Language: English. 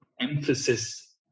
emphasis